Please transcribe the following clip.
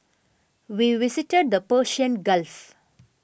we visited the Persian Gulf